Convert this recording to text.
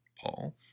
Paul